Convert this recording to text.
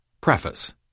Preface